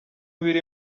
biri